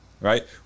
right